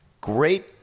Great